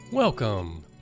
Welcome